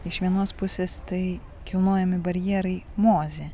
iš vienos pusės tai kilnojami barjerai mozė